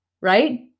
right